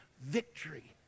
victory